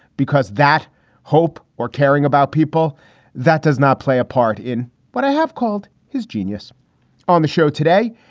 because that hope or caring about people that does not play a part in what i have called his genius on the show today.